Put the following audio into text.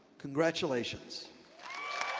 congratulations.